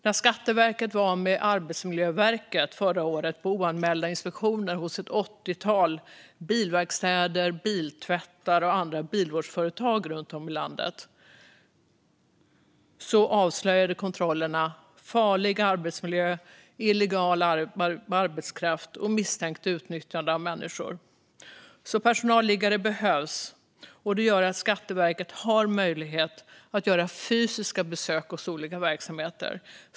När Skatteverket var med Arbetsmiljöverket förra året på oanmälda inspektioner hos ett åttiotal bilverkstäder, biltvättar och andra bilvårdsföretag runt om i landet avslöjade kontrollerna farlig arbetsmiljö, illegal arbetskraft och misstänkt utnyttjande av människor. Så personalliggare behövs, och det gör att Skatteverket har möjlighet att göra fysiska besök hos olika verksamheter.